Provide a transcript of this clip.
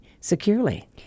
securely